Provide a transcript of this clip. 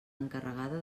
encarregada